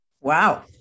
Wow